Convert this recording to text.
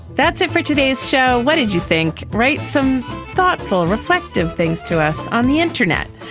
that's it for today's show. what did you think. write some thoughtful reflective things to us on the internet.